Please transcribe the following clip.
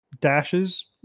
dashes